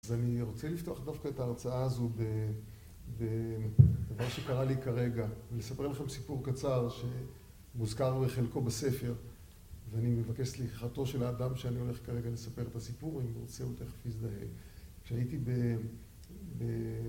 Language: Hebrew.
אז אני רוצה לפתוח דווקא את ההרצאה הזו בדבר שקרה לי כרגע, ולספר לכם סיפור קצר שמוזכר בחלקו בספר, ואני מבקש סליחתו של האדם שאני הולך כרגע לספר את הסיפור אם הוא רוצה הוא תכף יזדהה. כשהייתי ב...